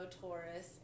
Taurus